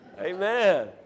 Amen